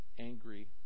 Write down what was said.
angry